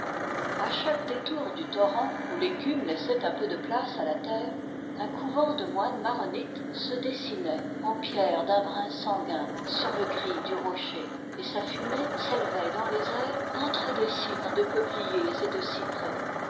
a chaque détour du torrent où l'écume lais sait un peu de place à la terre un couvent de moines maronites se dessinait en pierres d un brun sanguin sur le gris du rocher et sa fumée s'élevait dans les airs entre des cîmes de peupliers et de cyprès